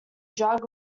drug